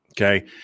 Okay